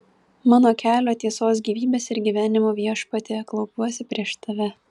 mano kelio tiesos gyvybės ir gyvenimo viešpatie klaupiuosi prieš tave